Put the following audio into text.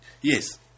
yes